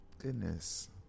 Goodness